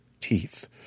teeth